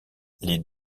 les